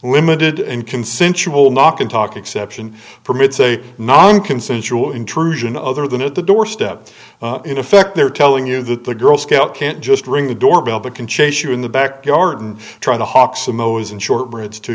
limited and consensual knock and talk exception permits a nonconsensual intrusion other than at the doorstep in effect they're telling you that the girl scout can't just ring the doorbell but can chase you in the backyard and try t